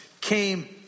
came